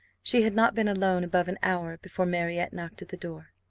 she had not been alone above an hour before marriott knocked at the door.